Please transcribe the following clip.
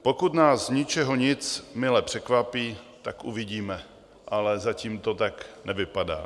Pokud nás zničehonic mile překvapí, tak uvidíme, ale zatím to tak nevypadá.